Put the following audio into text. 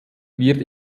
wird